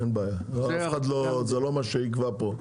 זה לא מה שיקבע פה.